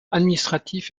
administratif